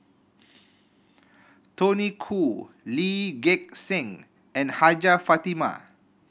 Tony Khoo Lee Gek Seng and Hajjah Fatimah